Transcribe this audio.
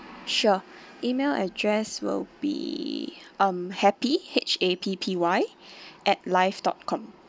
sure email address will be um happy H A P P Y at live dot com